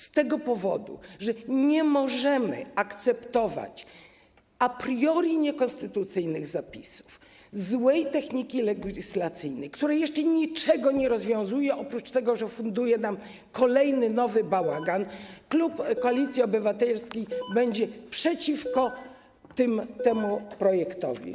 Z tego powodu, że nie możemy akceptować a priori niekonstytucyjnych zapisów, złej techniki legislacyjnej, która jeszcze niczego nie rozwiązuje, oprócz tego, że funduje nam kolejny nowy bałagan, klub Koalicji Obywatelskiej jest przeciwko temu projektowi.